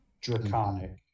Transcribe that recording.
draconic